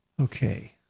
okay